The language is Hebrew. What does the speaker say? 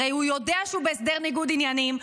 הרי הוא יודע שהוא בהסדר ניגוד עניינים,